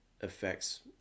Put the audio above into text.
affects